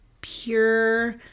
pure